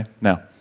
Now